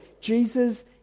Jesus